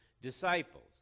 disciples